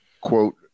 quote